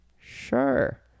Sure